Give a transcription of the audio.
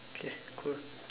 okay cool